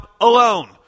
alone